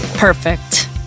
Perfect